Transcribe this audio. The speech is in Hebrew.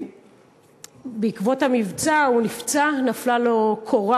בעקבות המבצע הוא נפצע, נפלה קורה